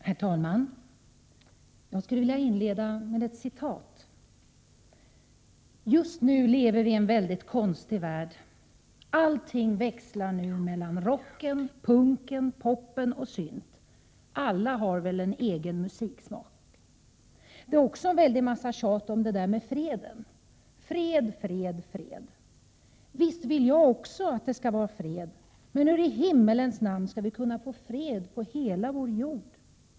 Herr talman! Jag skulle vilja inleda med några ord ur en bok. Just nu lever vi i en väldigt konstig värld. Allting växlar nu mellan rocken, punken, popen och synth. Alla har väl en egen musiksmak. Det är också en väldig massa tjat om det där med freden: fred, fred, fred. Visst vill jag också att det skall vara fred, men hur i himmelens namn skall vi kunna få fred på hela vår jord?